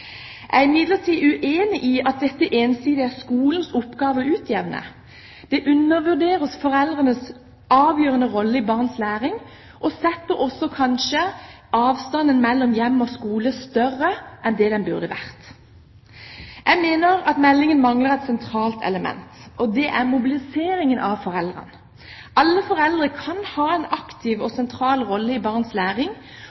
Jeg er imidlertid uenig i at dette ensidig er skolens oppgave å utjevne. Det undervurderer foreldrenes avgjørende rolle i barns læring og gjør også kanskje avstanden mellom hjem og skole større enn den burde vært. Jeg mener meldingen mangler et sentralt element, og det er mobilisering av foreldrene. Alle foreldre kan ha en aktiv og